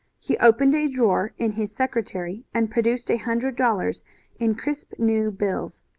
he opened a drawer in his secretary, and produced a hundred dollars in crisp new bills.